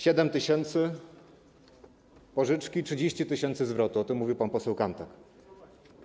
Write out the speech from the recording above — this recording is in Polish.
7 tys. pożyczki, 30 tys. zwrotu, o czym mówił pan poseł Kanthak.